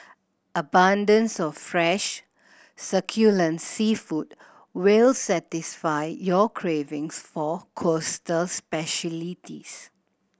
abundance of fresh succulent seafood will satisfy your cravings for coastal specialities